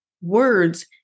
words